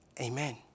amen